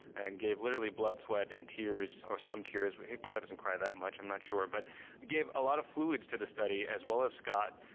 and gave literally blood, sweat and tears, or some tears, he probably doesn't cry that much, i'm not sure, but gave a lot of fluids to the study, as well as scott,